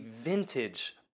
vintage